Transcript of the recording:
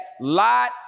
Lot